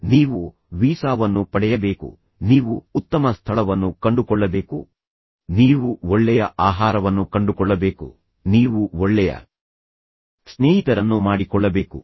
ಈಗ ಅದು ನಿಮಗೆ ಒತ್ತಡವನ್ನು ನೀಡುತ್ತದೆ ನೀವು ವೀಸಾ ವನ್ನು ಪಡೆಯಬೇಕು ನೀವು ಉತ್ತಮ ಸ್ಥಳವನ್ನು ಕಂಡುಕೊಳ್ಳಬೇಕು ನೀವು ಒಳ್ಳೆಯ ಆಹಾರವನ್ನು ಕಂಡುಕೊಳ್ಳಬೇಕು ನೀವು ಅಡುಗೆ ಕಲಿಯಬೇಕು ನೀವು ಒಳ್ಳೆಯ ಸ್ನೇಹಿತರನ್ನು ಮಾಡಿಕೊಳ್ಳಬೇಕು